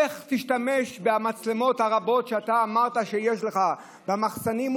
איך תשתמש במצלמות הרבות שאמרת שיש לך במחסנים,